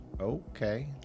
Okay